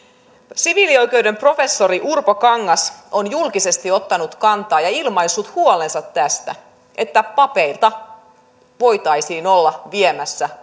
siviilioikeuden professori urpo kangas on julkisesti ottanut kantaa ja ilmaissut huolensa tästä että papeilta voitaisiin olla viemässä